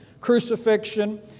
crucifixion